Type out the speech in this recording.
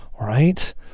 right